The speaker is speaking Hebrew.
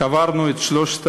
קברנו את שלושת